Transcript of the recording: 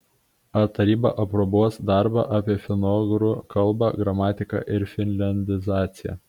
ar taryba aprobuos darbą apie finougrų kalbų gramatiką ir finliandizaciją